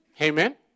Amen